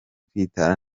kwitwara